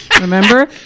remember